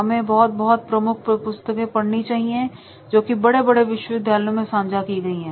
हमें बहुत बहुत प्रमुख पुस्तकें पढ़नी चाहिए जोकि बड़े बड़े विश्वविद्यालयों में सांझा की गई है